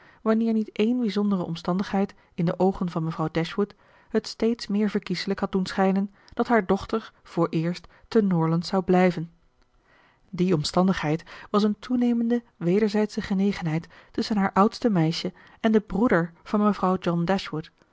wanneer niet eene bijzondere omstandigheid in de oogen van mevrouw dashwood het steeds meer verkieselijk had doen schijnen dat haar dochter vooreerst te norland zou blijven die omstandigheid was een toenemende wederzijdsche genegenheid tusschen haar oudste meisje en den broeder van mevrouw